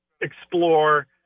explore